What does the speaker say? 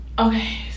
Okay